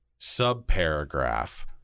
subparagraph